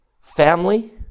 Family